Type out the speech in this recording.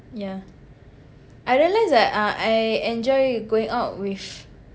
yeah I realised that uh I enjoy going out with